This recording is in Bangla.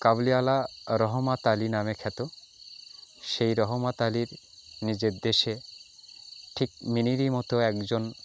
কাবুলিওয়ালা রহমত আলি নামে খ্যাত সেই রহমত আলির নিজের দেশে ঠিক মিনিরই মতো একজন